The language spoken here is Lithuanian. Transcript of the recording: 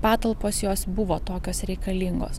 patalpos jos buvo tokios reikalingos